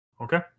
okay